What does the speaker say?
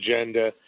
agenda